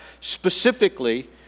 specifically